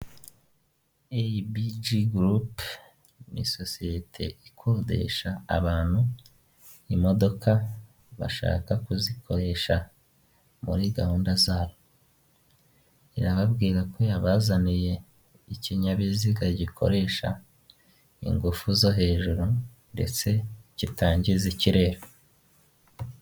ABG gurupe ni sosiyete ikodesha abantu imodoka bashaka kuzikoresha muri gahunda zabo, irababwira ko yabazaniye ikinyabiziga gikoresha ingufu zo hejuru ndetse kitangiza ikirere.